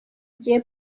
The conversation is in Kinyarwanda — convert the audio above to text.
jay